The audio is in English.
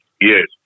Yes